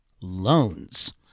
Loans